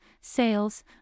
sales